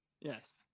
Yes